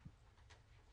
בסדר.